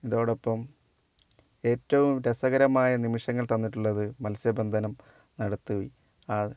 ഇതോടൊപ്പം ഏറ്റവും രസകരമായ നിമിഷങ്ങൾ തന്നിട്ടുള്ളത് മത്സ്യബന്ധനം നടത്തി ആ